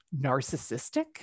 narcissistic